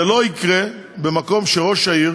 זה לא יקרה במקום שראש העיר